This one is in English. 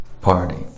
party